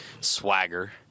swagger